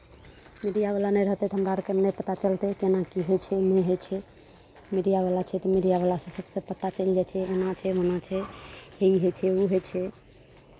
मीडियावला नहि रहतै तऽ हमरा आरके नहि पता चलतै केना की होइ छै नहि होइ छै मीडियावला छै तऽ मीडियावला सभसँ पता चलि जाइ छै एना छै ओना छै हे ई होइ छै ओ होइ छै